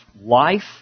life